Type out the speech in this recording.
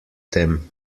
tem